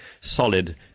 solid